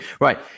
Right